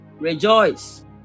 rejoice